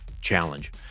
challenge